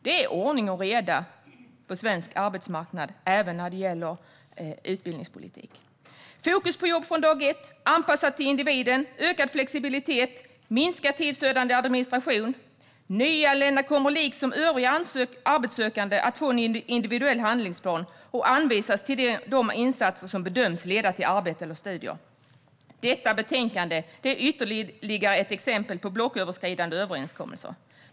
Det är ordning och reda på svensk arbetsmarknad, även när det gäller utbildningspolitik. Vi ska ha fokus på jobb från dag ett, en anpassning till individen, ökad flexibilitet och minskad tidsödande administration. Nyanlända kommer, liksom övriga arbetssökande, att få en individuell handlingsplan och anvisas till de insatser som bedöms leda till arbete eller studier. Detta betänkande är ytterligare ett exempel på blocköverskridande överenskommelser.